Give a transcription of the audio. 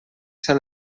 ser